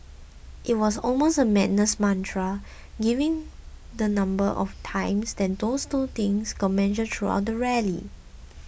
it was almost a madness mantra given the number of times these two things got mentioned throughout the rally